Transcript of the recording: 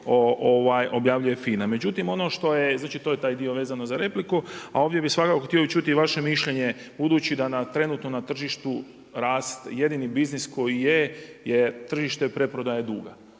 objavljuje FINA. Međutim, ono što je, znači to je taj dio vezan za repliku, a ovdje bih svakako htio čuti i vaše mišljenje budući da trenutno na tržištu jedini biznis koji je, je tržište preprodaje duga.